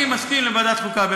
אני מסכים לוועדת חוקה.